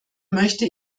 möchte